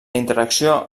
interacció